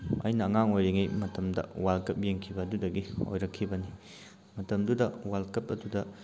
ꯑꯩꯅ ꯑꯉꯥꯡ ꯑꯣꯏꯔꯤꯉꯩ ꯃꯇꯝꯗ ꯋꯥꯔꯜ ꯀꯞ ꯌꯦꯡꯈꯤꯕ ꯑꯗꯨꯗꯒꯤ ꯑꯣꯏꯔꯛꯈꯤꯕꯅꯤ ꯃꯇꯝꯗꯨꯗ ꯋꯥꯔꯜ ꯀꯞ ꯑꯗꯨꯗ